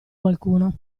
qualcuno